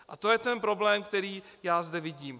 A to je problém, který já zde vidím.